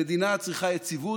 המדינה צריכה יציבות,